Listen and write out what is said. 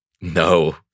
no